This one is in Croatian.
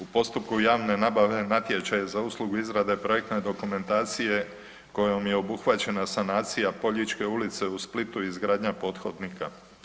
U postupku javne nabave natječaj za uslugu izrade projektne dokumentacije kojom je obuhvaćena sanacija Poljičke ulice u Splitu izgradnja pothodnika.